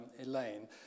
Elaine